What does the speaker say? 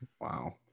Wow